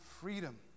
freedom